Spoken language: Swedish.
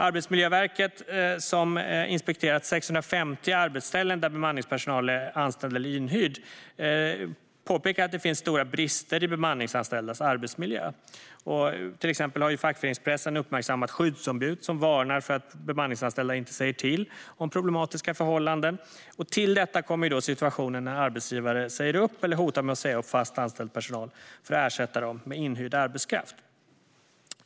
Arbetsmiljöverket, som har inspekterat 650 arbetsställen där bemanningspersonal är anställd eller inhyrd, påpekar att det finns stora brister i bemanningsanställdas arbetsmiljö. Och fackföreningspressen har till exempel uppmärksammat skyddsombud som varnar för att bemanningsanställda inte säger till om problematiska förhållanden. Till detta kommer situationer när arbetsgivare säger upp eller hotar med att säga upp fast anställd personal för att ersätta den med inhyrd arbetskraft.